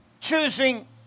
Choosing